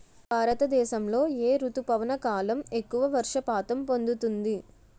భారతదేశంలో ఏ రుతుపవన కాలం ఎక్కువ వర్షపాతం పొందుతుంది?